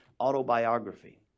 autobiography